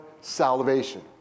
salvation